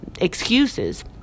excuses